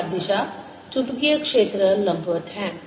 संचार दिशा चुंबकीय क्षेत्र लंबवत हैं